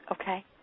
Okay